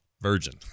virgin